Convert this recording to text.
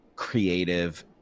creative